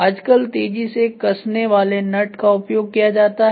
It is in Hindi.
आजकल तेजी से कसने वाले नट्स का उपयोग किया जाता है